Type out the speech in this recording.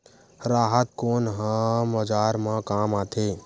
राहत कोन ह औजार मा काम आथे?